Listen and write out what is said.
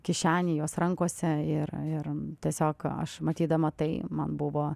kišenėj jos rankose ir ir tiesiog aš matydama tai man buvo